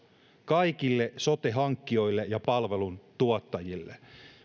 kaikille sote hankkijoille ja palveluntuottajille me olemme